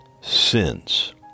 sins